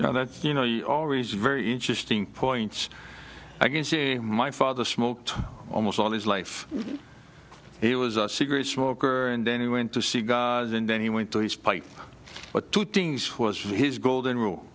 freedom you know you always very interesting points i can see my father smoked almost all his life he was a cigarette smoker and then he went to see it and then he went to spite but to things was his golden rule